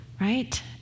Right